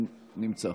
נמצא.